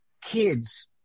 kids